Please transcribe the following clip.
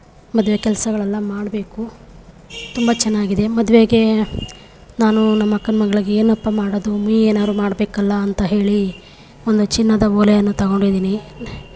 ಮದುವೆ ಕೆಲಸಗಳೆಲ್ಲ ಮಾಡಬೇಕು ತುಂಬ ಚೆನ್ನಾಗಿದೆ ಮದುವೆಗೆ ನಾನು ನಮ್ಮ ಅಕ್ಕನ ಮಗಳಿಗೆ ಏನಪ್ಪ ಮಾಡೋದು ಮೇ ಏನಾದ್ರೂ ಮಾಡಬೇಕಲ್ಲ ಅಂತ ಹೇಳಿ ಒಂದು ಚಿನ್ನದ ಓಲೆಯನ್ನು ತಗೊಂಡಿದ್ದೀನಿ